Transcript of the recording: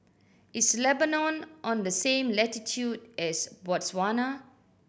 is Lebanon on the same latitude as Botswana